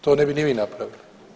To ne bi ni vi napravili.